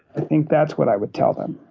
i think that's what i would tell them.